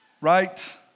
right